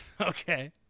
Okay